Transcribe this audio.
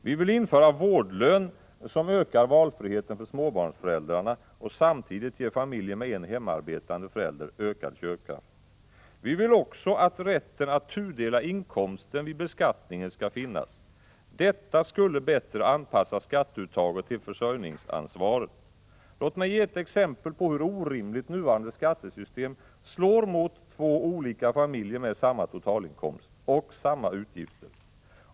— Vi vill införa vårdlön, som ökar valfriheten för småbarnsföräldrar och samtidigt ger familjer med en hemarbetande förälder ökad köpkraft. — Vi vill också att det skall finnas rätt att tudela inkomsten vid beskattningen. Detta skulle bättre än nuvarande system anpassa skatteuttaget till försörjningsansvaret. Låt mig ge ett exempel på hur orimligt nuvarande skattesystem slår mot två olika familjer med samma totalinkomst och samma utgifter.